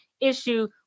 issue